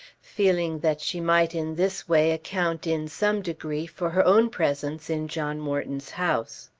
feeling that she might in this way account in some degree for her own presence in john morton's house.